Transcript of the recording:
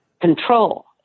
control